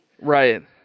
Right